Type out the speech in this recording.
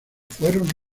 fueron